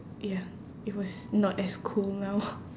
ya it was not as cool now